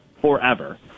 forever